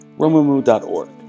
Romumu.org